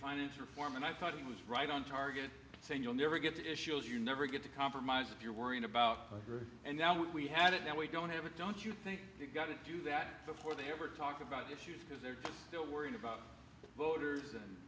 finance reform and i thought he was right on target saying you'll never get to issues you never get to compromise if you're worried about her and now we have it now we don't have it don't you think you got to do that before they ever talk about issues because they're still worried about voters and